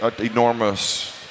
enormous